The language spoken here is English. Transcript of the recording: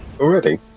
Already